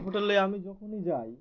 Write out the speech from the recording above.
হোটেলে আমি যখনই যাই